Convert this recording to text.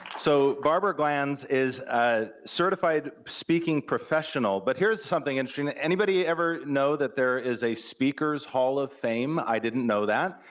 so barbara glanz is a certified speaking professional, but here's something interesting, anybody ever know that there is a speakers hall of fame? i didn't know that,